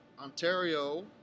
Ontario